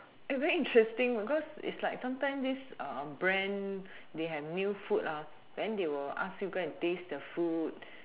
eh very interesting because is like sometime this brand they have new food then they will ask you to go and taste the food